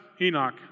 Enoch